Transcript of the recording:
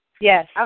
Yes